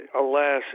alas